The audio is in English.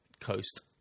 Coast